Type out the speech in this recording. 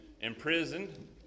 imprisoned